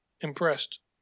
impressed